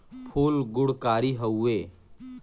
फूल गुणकारी हउवे